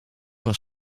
was